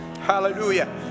hallelujah